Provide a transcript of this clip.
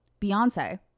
Beyonce